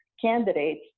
candidates